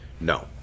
No